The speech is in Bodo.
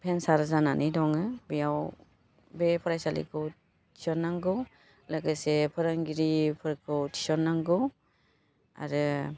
भेन्सार जानानै दं बेयाव बे फरायसालिखौ थिसन्नांगौ लोगोसे फोरोंगिरिफोरखौ थिसन्नांगौ आरो